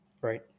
Right